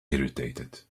irritated